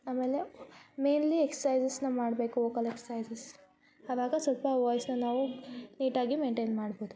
ಆಮೇಲೆ ಮೇಯ್ನ್ಲಿ ಎಕ್ಸಸೈಝಸ್ನ ಮಾಡಬೇಕು ವೋಕಲ್ ಎಕ್ಸಸೈಝಸ್ ಅವಾಗ ಸ್ವಲ್ಪ ವಾಯ್ಸ್ನ ನಾವು ನೀಟಾಗಿ ಮೇಯ್ನ್ಟೇನ್ ಮಾಡ್ಬೋದು